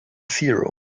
zero